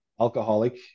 alcoholic